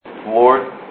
Lord